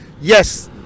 yes